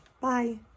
Bye